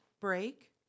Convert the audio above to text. break